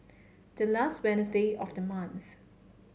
the last Wednesday of the month